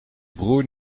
broer